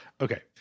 Okay